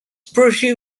pretty